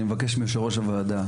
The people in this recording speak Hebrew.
אני מבקש ממך ראש הוועדה,